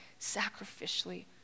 sacrificially